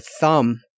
thumb